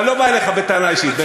אני לא בא אליך בטענה אישית.